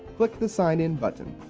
click the sign-in button.